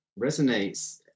resonates